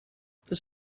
this